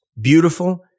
beautiful